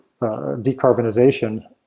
decarbonization